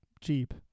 cheap